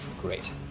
Great